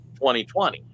2020